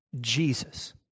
Jesus